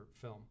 film